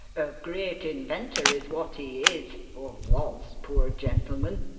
a great inventor is what he is or was, poor gentleman.